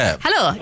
Hello